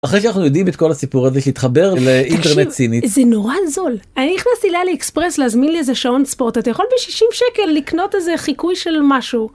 אחרי שאנחנו יודעים את כל הסיפור הזה, להתחבר לאינטרנט סיני... תקשיב, זה נורא זול אני נכנסתי לאלי אקספרס להזמין לי איזה שעון ספורט. אתה יכול ב-60 שקל לקנות איזה חיקוי של משהו.